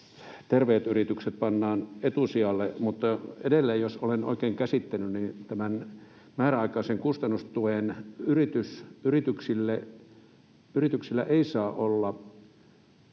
terveet yritykset pannaan etusijalle. Mutta edelleen, jos olen oikein käsittänyt, tämän määräaikaisen kustannustuen yrityksillä ei saa olla